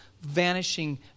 Vanishing